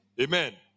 Amen